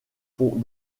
font